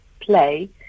play